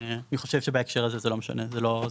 אני חושב שבהקשר הזה זה לא משנה זה לא זה